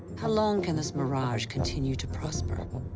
how long can this mirage continue to prosper?